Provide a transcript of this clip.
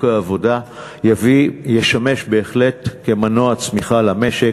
העבודה תשמש בהחלט כמנוע צמיחה למשק,